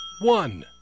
one